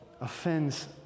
offends